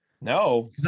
No